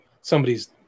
Somebody's